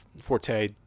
Forte